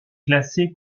classée